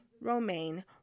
Romaine